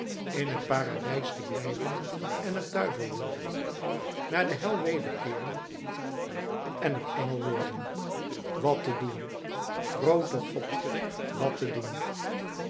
in het paradijs te blijven en er duivel worden naar de hel wederkeeren en er engel worden wat te doen groote god wat te doen